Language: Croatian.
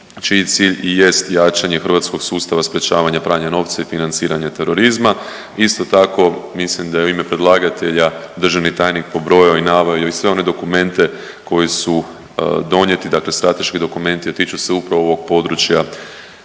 čiji cilj i jest jačanje hrvatskog sustava sprječavanja pranja novca i financiranja terorizma. Isto tako mislim da je u ime predlagatelja državni tajnik pobrojao i naveo i sve one dokumente koji su donijeti dakle, strateški dokumenti a tiču se upravo ovog područja